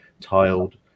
tiled